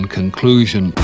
conclusion